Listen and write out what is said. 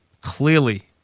clearly